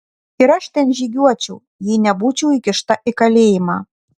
ir aš ten žygiuočiau jei nebūčiau įkišta į kalėjimą